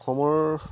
অসমৰ